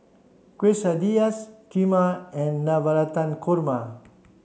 Quesadillas Kheema and Navratan Korma